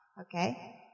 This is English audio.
Okay